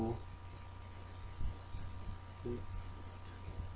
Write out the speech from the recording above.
hmm hmm